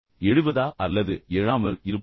எழுவதா அல்லது எழாமல் இருப்பதா